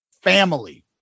family